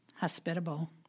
hospitable